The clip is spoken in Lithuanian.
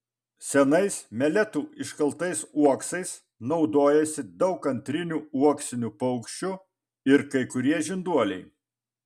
senais meletų iškaltais uoksais naudojasi daug antrinių uoksinių paukščių ir kai kurie žinduoliai